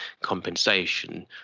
compensation